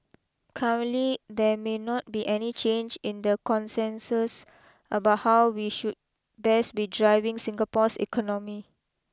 currently there may not be any change in the consensus about how we should best be driving Singapore's economy